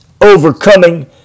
overcoming